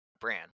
brand